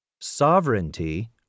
Sovereignty